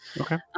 okay